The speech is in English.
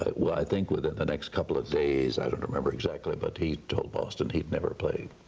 ah well i think within the next couple of days, i don't remember exactly, but he told boston he'd never play,